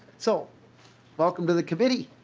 so welcome to the committee.